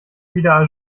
wieder